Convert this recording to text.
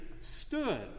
stood